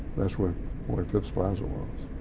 that's where where phipps plaza was.